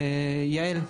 יעל.